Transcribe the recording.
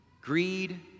Greed